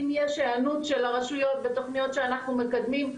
אם יש היענות של הרשויות ותוכניות שאנחנו מקדמים,